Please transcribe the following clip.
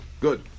Good